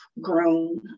grown